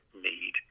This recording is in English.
need